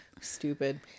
Stupid